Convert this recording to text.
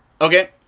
Okay